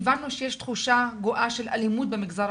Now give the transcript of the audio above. אמרתי להם שיש סכנת נפשות.